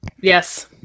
Yes